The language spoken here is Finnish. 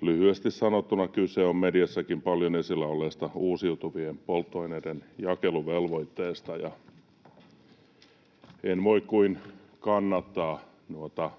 Lyhyesti sanottuna kyse on mediassakin paljon esillä olleesta uusiutuvien polttoaineiden jakeluvelvoitteesta, ja en voi kuin kannattaa noita